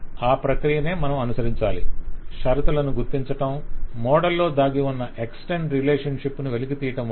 ఆ ప్రక్రియనే మనం అనుసరించాలి - షరతులను గుర్తించటం మోడల్ లో దాగి ఉన్న ఎక్స్టెండ్ రేలేషన్షిప్ ను వెలికితీయటం వంటివి